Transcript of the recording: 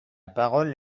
parole